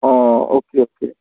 आं okay okay